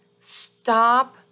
stop